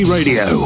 Radio